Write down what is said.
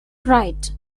right